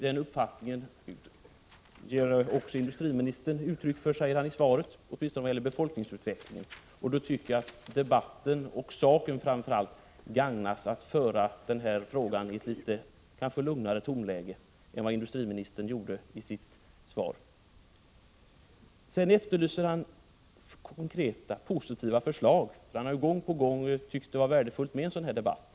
Den uppfattningen ger också industriministern uttryck för i svaret, åtminstone vad gäller befolkningsutvecklingen. Jag tycker att debatten och framför allt saken då gagnas av att den här frågan debatteras i ett kanske lugnare tonläge än det industriministern använde i sitt svar. Industriministern efterlyser konkreta, positiva förslag och framhåller att han gång på gång sagt att det är värdefullt med en sådan här debatt.